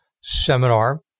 seminar